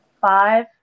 Five